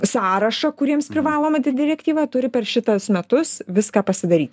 sąrašą kuriems privaloma ta direktyva turi per šituos metus viską pasidaryti